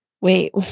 wait